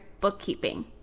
bookkeeping